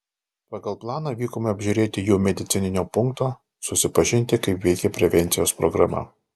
pagal planą vykome apžiūrėti jų medicininio punkto susipažinti kaip veikia prevencijos programa